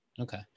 Okay